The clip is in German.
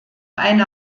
einer